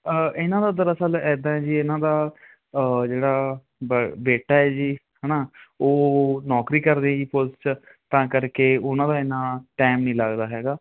ਇਹਨਾਂ ਦਾ ਦਰਅਸਲ ਇੱਦਾਂ ਹੈ ਜੀ ਇਹਨਾਂ ਦਾ ਜਿਹੜਾ ਬ ਬੇਟਾ ਹੈ ਜੀ ਹੈ ਨਾ ਉਹ ਨੌਕਰੀ ਕਰਦੇ ਆ ਜੀ ਪੁਲਿਸ 'ਚ ਤਾਂ ਕਰਕੇ ਉਹਨਾਂ ਦਾ ਇੰਨਾ ਟਾਈਮ ਨਹੀਂ ਲੱਗਦਾ ਹੈਗਾ